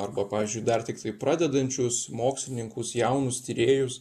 arba pavyzdžiui dar tiktai pradedančius mokslininkus jaunus tyrėjus